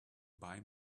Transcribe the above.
buy